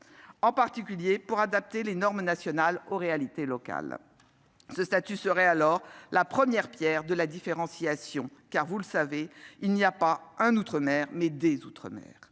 en particulier pour adapter les normes nationales aux réalités locales. C'est ce que je dis ! Un tel statut serait la première pierre de la différenciation, car, comme vous le savez, il n'y a pas un outre-mer, mais des outre-mer.